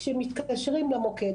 כשמתקשרים למוקד,